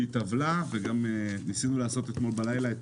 טבלה וגם ניסינו לעשות אתמול בלילה,